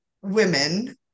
women